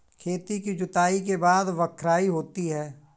खेती की जुताई के बाद बख्राई होती हैं?